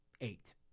Eight